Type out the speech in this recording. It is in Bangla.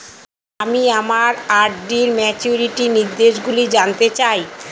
আমি আমার আর.ডি র ম্যাচুরিটি নির্দেশগুলি জানতে চাই